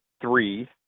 three